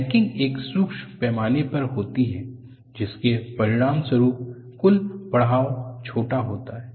necking एक सूक्ष्म पैमाने पर होती है जिसके परिणामस्वरूप कुल बढ़ाव छोटा होता है